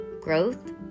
growth